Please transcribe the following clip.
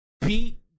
beat